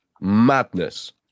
madness